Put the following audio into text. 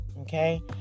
okay